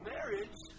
Marriage